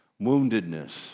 woundedness